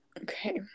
okay